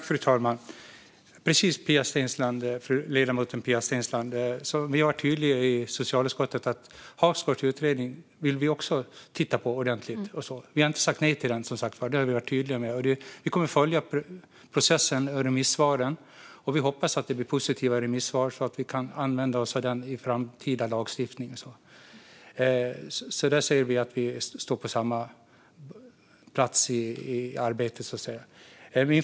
Fru talman! Vi har varit tydliga i socialutskottet, ledamoten Pia Steensland, med att vi också vill titta ordentligt på Hagsgårds utredning. Vi har inte sagt nej till den, som sagt var. Det har vi varit tydliga med. Vi kommer att följa processen och remissvaren. Vi hoppas att det blir positiva remisssvar, så att vi kan använda oss av utredningen i framtida lagstiftning. Där ser vi att vi står på samma plats i arbetet, så att säga.